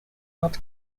not